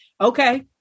Okay